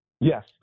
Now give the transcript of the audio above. Yes